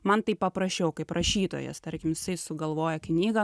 man taip paprasčiau kaip rašytojas tarkim jisai sugalvoja knygą